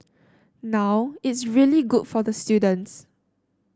now it's really good for the students